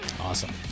Awesome